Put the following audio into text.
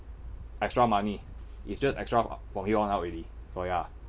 extra money it's just extra from here on up already so ya